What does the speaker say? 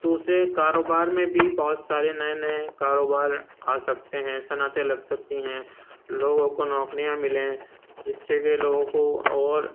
دوسرے کاروبار میں بھی بہت سارے نئے نئے کاروبار آ سکتے ہیں صنعتیں لگ سکتی ہیں لوگوں کو نوکریاں ملیں جس سے کہ لوگوں کو اور